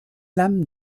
lames